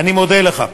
ואני מודה לך.